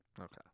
Okay